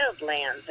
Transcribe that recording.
wildlands